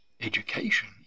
Education